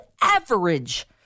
average